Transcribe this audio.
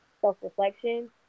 self-reflection